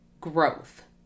growth